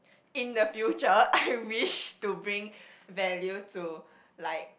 in the future I wish to bring value to like